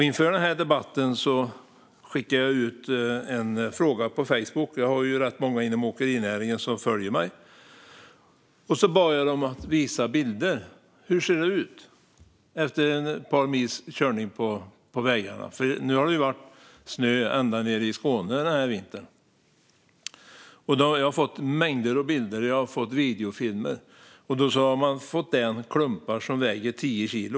Inför den här debatten skickade jag ut en fråga på Facebook - jag har rätt många inom åkerinäringen som följer mig - och bad dem att visa bilder på hur det ser ut efter ett par mils körning på vägarna. Den här vintern har det ju varit snö ända nere i Skåne, och jag har fått mängder av bilder och filmer. Man har fått loss klumpar som väger tio kilo.